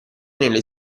nelle